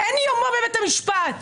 אין יומו בבית המשפט.